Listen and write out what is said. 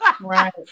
Right